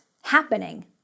happening